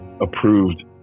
approved